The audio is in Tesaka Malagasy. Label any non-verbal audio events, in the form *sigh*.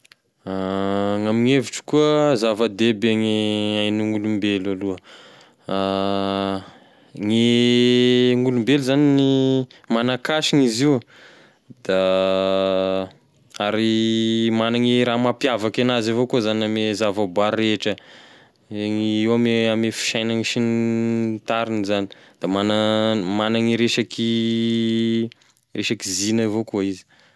*hesitation* Gn'amign'evitro koa, zava-dehibe gn'aignan'olombelo aloha, *hesitation* gne gn'olombelo zany magnakasigny izy io, da ary magnane raha mampiavaky anazy avao koa zany gn'ame zavaboary rehetra, io eo ame fiaignane sy ny tariny zany da magna magnane resaky *hesitation* resaky zina avao koa izy.